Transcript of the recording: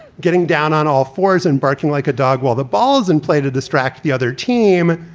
getting down on all fours and barking like a dog while the ball is in play to distract the other team.